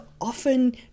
often